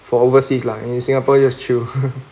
for overseas lah in singapore just chill